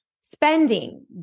spending